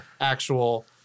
actual